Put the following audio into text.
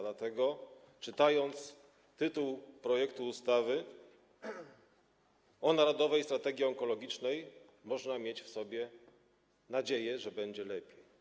Dlatego czytając tytuł projektu ustawy: o Narodowej Strategii Onkologicznej, można mieć w sobie nadzieję, że będzie lepiej.